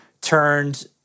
turned